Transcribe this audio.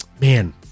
man